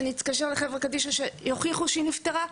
שאתקשר לחברה קדישא שיוכיחו שהיא נפטרה?